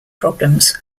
problems